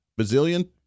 bazillion